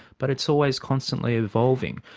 but it's always constantly evolving.